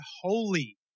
holy